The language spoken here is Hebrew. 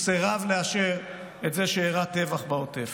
הוא סירב לאשר שאירע טבח בעוטף.